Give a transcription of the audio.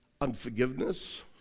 unforgiveness